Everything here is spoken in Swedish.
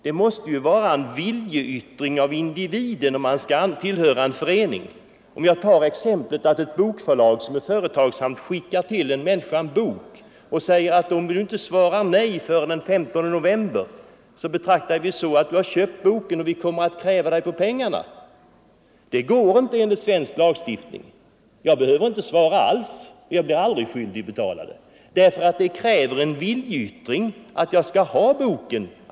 Det måste ju komma an på en viljeyttring av individen om han skall tillhöra en Låt mig ta exemplet med ett företagsamt bokförlag som skickar till en människa en bok och säger: Om du inte svarar nej före den 15 november, betraktar vi det så att du har köpt boken, och vi kräver dig på pengar. Det går inte enligt svensk lagstiftning. Jag behöver inte svara alls, och jag blir aldrig skyldig att betala, eftersom det kräver en viljeyttring att jag vill ha boken.